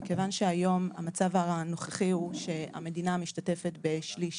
המצב הנוכחי היום הוא, שהמדינה משתתפת בשליש